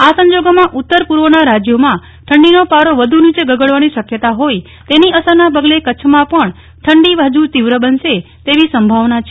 આ સંજોગોમાં ઉત્તર પૂર્વના રાજ્યોમાં ઠંડીનો પારો વધુ નીચે ગગડવાની શકયતા હોઈ તેની અસરના પગલે કચ્છમાં પણ ઠંડી હજુ તીવ્ર બનશે તેવી સંભાવના છે